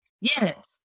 Yes